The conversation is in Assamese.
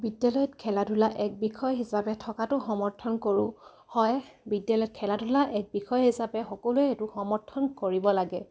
বিদ্যালয়ত খেলা ধূলা এক বিষয় হিচাপে থকাটো সমৰ্থন কৰোঁ হয় বিদ্যালয়ত খেলা ধূলা এক বিষয় হিচাপে সকলোৱে সেইটো সমৰ্থন কৰিব লাগে